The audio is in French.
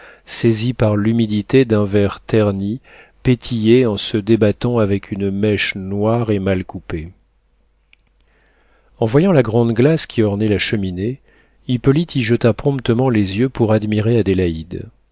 saisie par l'humidité d'un verre terni pétillait en se débattant avec une mèche noire et mal coupée en voyant la grande glace qui ornait la cheminée hippolyte y jeta promptement les yeux pour admirer adélaïde